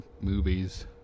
movies